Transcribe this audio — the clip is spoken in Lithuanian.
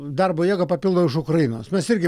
darbo jėgą papildo iš ukrainos mes irgi